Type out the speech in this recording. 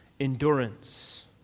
endurance